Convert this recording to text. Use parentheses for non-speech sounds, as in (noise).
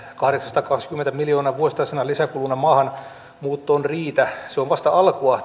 kahdeksansataakaksikymmentä miljoonaa vuositasolla lisäkuluna maahanmuuttoon riitä vaan tämä turvapaikkaprosessi on vasta alkua (unintelligible)